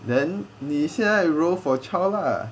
then 你现在 role for child lah